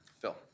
Phil